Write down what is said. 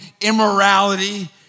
immorality